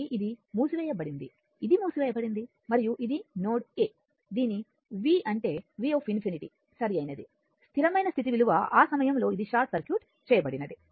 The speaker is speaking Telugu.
కాబట్టి ఇది మూసివేయబడింది ఇది మూసివేయబడింది మరియు ఇది నోడ్ a దీని v అంటే v∞సరైనది స్థిరమైన స్థితి విలువ ఆ సమయంలో ఇది షార్ట్ సర్క్యూట్ చేయబడినది